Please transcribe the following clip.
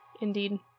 Indeed